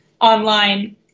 online